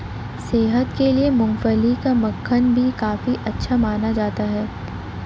सेहत के लिए मूँगफली का मक्खन भी काफी अच्छा माना जाता है